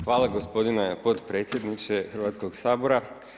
Hvala gospodine potpredsjedniče Hrvatskoga sabora.